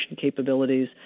capabilities